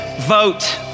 Vote